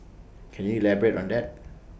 can you elaborate on that